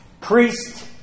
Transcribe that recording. priest